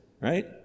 right